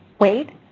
weight,